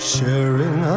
Sharing